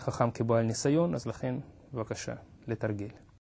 חכם כבעל ניסיון אז לכן בבקשה לתרגיל